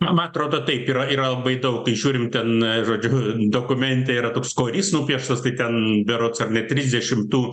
man atrodo taip yra yra labai daug žiūrint ten žodžiu dokumente yra toks korys nupieštas tai ten berods ar ne trisdešim tų